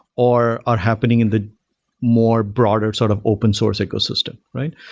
or or happening in the more broader sort of open source ecosystem, right?